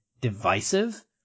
divisive